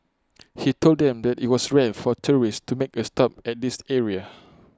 he told them that IT was rare for tourists to make A stop at this area